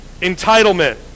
entitlement